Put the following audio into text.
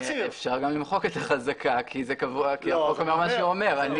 אפשר גם למחוק את החזקה כי החוק אומר מה שהוא אומר.